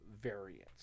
variance